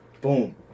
Boom